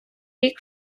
рік